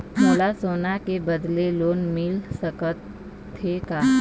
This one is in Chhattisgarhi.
मोला सोना के बदले लोन मिल सकथे का?